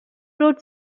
wrote